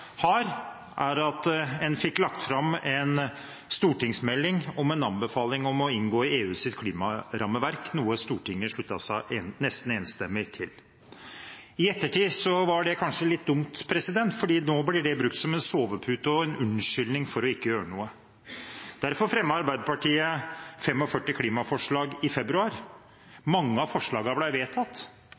har, er at en fikk lagt fram en stortingsmelding med en anbefaling om å inngå i EUs klima rammeverk, noe Stortinget sluttet seg nesten enstemmig til. I ettertid var det kanskje litt dumt, for nå blir det brukt som en sovepute og en unnskyldning for ikke å gjøre noe. Derfor fremmet Arbeiderpartiet 45 klimaforslag i februar. Mange av forslagene ble vedtatt,